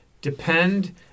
depend